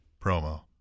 promo